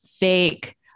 fake